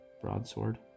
broadsword